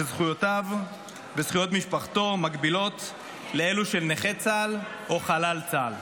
שזכויותיו וזכויות משפחתו מקבילות לאלו של נכה צה"ל או חלל צה"ל.